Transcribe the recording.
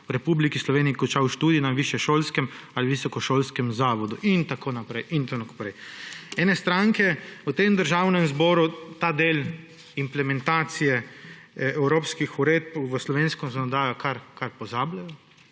v Republiki Sloveniji končal študij na višješolskem ali visokošolskem zavodu …« In tako naprej in tako naprej. Ene stranke v tem državnem zboru ta del implementacije evropskih uredb v slovensko zakonodajo kar pozabljajo.